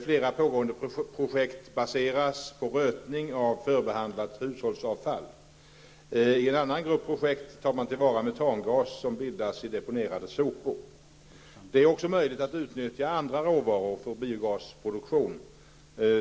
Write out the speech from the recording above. Flera pågående projekt baseras på rötning av förbehandlat hushållsavfall. I en annan grupp projekt tar man tillvara metangas som bildas i deponerade sopor. Det är också möjligt att utnyttja andra råvaror för biogasproduktion.